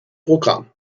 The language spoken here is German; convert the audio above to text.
programm